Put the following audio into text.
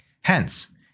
Hence